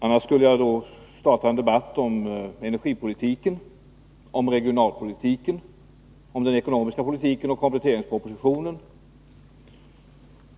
Annars skulle jag starta en debatt om energipolitiken, om regionalpolitiken, om den ekonomiska politiken och om kompletteringspropositionen.